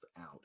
out